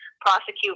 prosecute